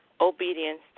Obedience